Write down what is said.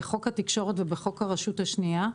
בחוק התקשורת ובחוק הרשות השנייה.